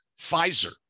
Pfizer